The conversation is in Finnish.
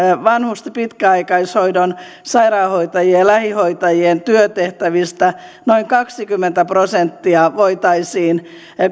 vanhusten pitkäaikaishoidon sairaanhoitajien ja lähihoitajien työtehtävistä noin kaksikymmentä prosenttia voitaisiin